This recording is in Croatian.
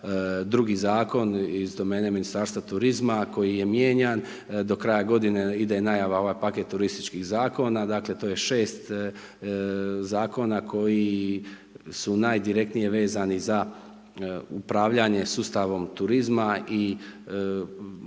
drugi zakon iz domene Ministarstva turizma koji je mijenjan. Do kraja godine ide najava ovaj paket turističkih zakona. Dakle, to je 6 zakona koji su najdirektnije vezani za upravljanje sustavom turizma i naših